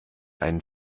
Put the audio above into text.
einen